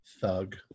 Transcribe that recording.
thug